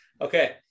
Okay